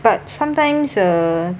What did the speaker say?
but sometimes uh